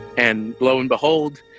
and lo and behold,